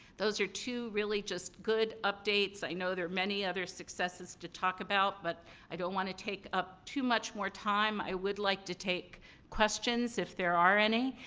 those are two really, just good updates. i know there are many other successes to talk about, but i don't want to take up too much more time. i would like to take questions if there are any.